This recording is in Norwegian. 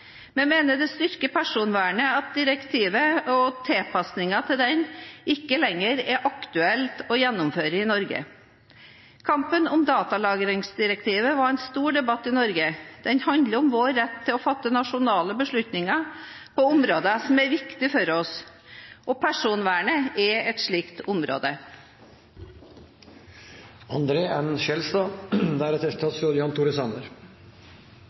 Vi mener det styrker personvernet at direktivet og tilpasningen til det ikke lenger er aktuelt å gjennomføre i Norge. Kampen om datalagringsdirektivet var en stor debatt i Norge. Den handlet om vår rett til å fatte nasjonale beslutninger på områder som er viktige for oss. Og personvernet er et slikt område.